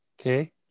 Okay